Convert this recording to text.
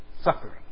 Suffering